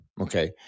okay